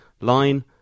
line